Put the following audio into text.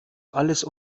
alles